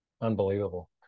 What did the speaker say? Unbelievable